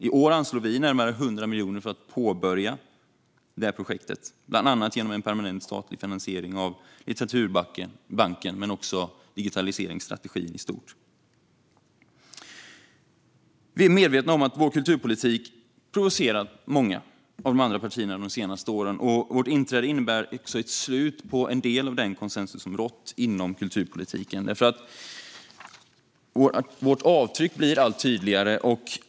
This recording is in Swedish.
I år anslår vi närmare 100 miljoner för att påbörja detta projekt, bland annat genom en permanent statlig finansiering av Litteraturbanken men också digitaliseringsstrategin i stort. Vi är medvetna om att vår kulturpolitik provocerat många av de andra partierna de senaste åren. Vårt inträde har inneburit ett slut på en del av den konsensus som rått inom kulturpolitiken. Vårt avtryck blir allt tydligare.